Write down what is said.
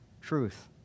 truth